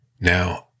now